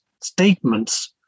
statements